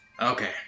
Okay